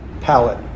palette